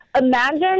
imagine